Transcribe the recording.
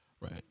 Right